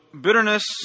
bitterness